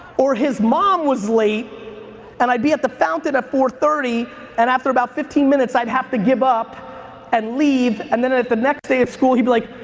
or his mom was late and i'd be at the fountain at four thirty and after about fifteen minutes i'd have to give up and leave. and then at at the next day at school he'd be like,